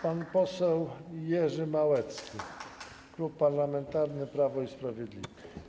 Pan poseł Jerzy Małecki, Klub Parlamentarny Prawo i Sprawiedliwość.